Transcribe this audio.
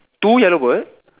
two yellow bird